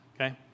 okay